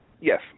Yes